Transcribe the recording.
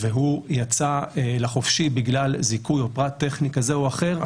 אבל יצא לחופשי בגלל זיכוי בגין פרט טכני כזה או אחר,